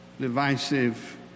divisive